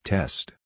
Test